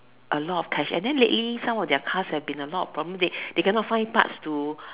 a lot of cash and then lately some of their cars have been a lot of problem they they cannot find part to